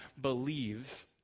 believe